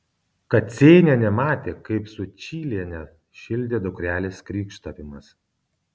kacėnienė matė kaip sučylienę šildė dukrelės krykštavimas